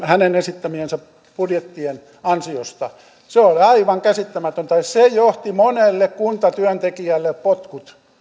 hänen esittämiensä budjettien ansiosta se oli aivan käsittämätöntä ja se aiheutti monelle kuntatyöntekijälle potkut